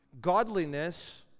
godliness